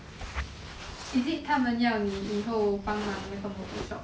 is it 他们要你以后帮忙那个 motor shop